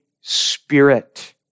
Spirit